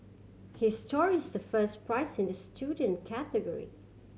his story is the first prize in the student category